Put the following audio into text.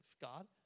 God